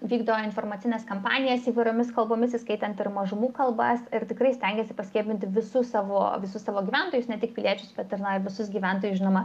vykdo informacines kampanijas įvairiomis kalbomis įskaitant ir mažumų kalbas ir tikrai stengiasi paskiepyti visus savo visus savo gyventojus ne tik piliečius aptarnauja visus gyventojus žinoma